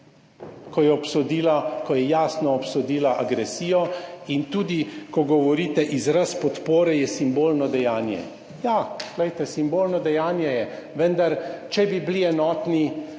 ko je jasno obsodila agresijo in tudi, ko govorite, izraz podpore je simbolno dejanje. Ja, glejte, simbolno dejanje je, vendar, če bi bili enotni,